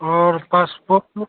और पासपोट को